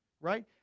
right